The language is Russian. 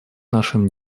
нашим